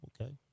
okay